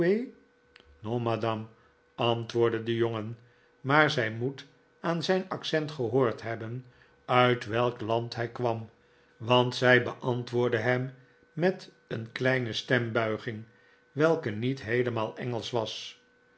joueurl non madame antwoordde de jongen maar zij moet aan zijn accent gehoord hebben uit welk land hij kwam want zij beantwoordde hem met een stembuiging welke niet heelemaal engelsch was